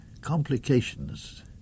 complications